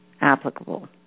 applicable